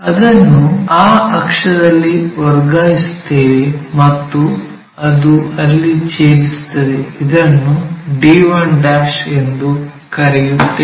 ಅದನ್ನು ಆ ಅಕ್ಷದಲ್ಲಿ ವರ್ಗಾಯಿಸುತ್ತೇವೆ ಮತ್ತು ಅದು ಅಲ್ಲಿ ಛೇದಿಸುತ್ತದೆ ಇದನ್ನು d1 ಎಂದು ಕರೆಯುತ್ತೇವೆ